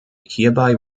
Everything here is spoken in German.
hierbei